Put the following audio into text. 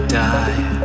die